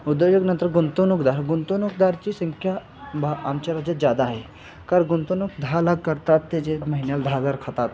उद्योजक नंतर गुंतवणूकदार गुंतवणूकदाराची संख्या भा आमच्या राज्यात जादा आहे कारण गुंतवणूक दहा लाख करतात त्याचे महिन्याला दहा हजार खातात